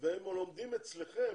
והם לומדים אצלכם,